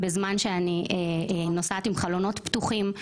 אני נוסעת עם חלונות פתוחים,